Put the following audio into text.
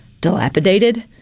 dilapidated